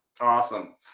Awesome